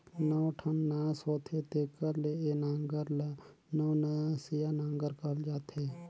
नौ ठन नास होथे तेकर ले ए नांगर ल नवनसिया नागर कहल जाथे